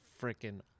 freaking